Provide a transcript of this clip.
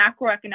macroeconomic